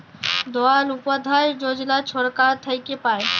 দয়াল উপাধ্যায় যজলা ছরকার থ্যাইকে পায়